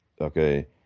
Okay